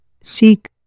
seek